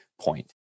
point